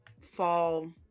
fall